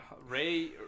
Ray